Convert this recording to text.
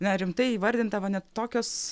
na rimtai įvardinta va net tokios